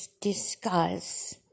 discuss